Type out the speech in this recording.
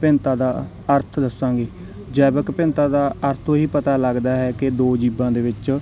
ਵਿਭਿੰਨਤਾ ਦਾ ਅਰਥ ਦੱਸਾਂਗੇ ਜੈਵਿਕ ਵਿਭਿੰਨਤਾ ਦਾ ਅਰਥ ਉਹ ਹੀ ਪਤਾ ਲੱਗਦਾ ਹੈ ਕਿ ਦੋ ਜੀਵਾਂ ਦੇ ਵਿੱਚ